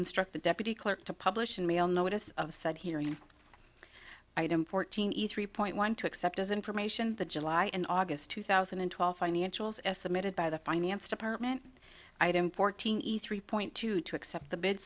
instruct the deputy clerk to publish an email notice of said here in item fourteen each three point one two except as information the july and august two thousand and twelve financials as submitted by the finance department item fourteen eat three point two two accept the bi